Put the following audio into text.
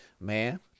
man